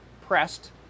pressed